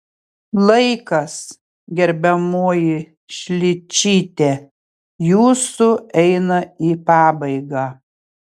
laikas gerbiamoji šličyte jūsų eina į pabaigą